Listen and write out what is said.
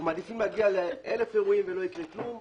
אנחנו מעדיפים להגיע לאלף אירועים ושלא יקרה כלום,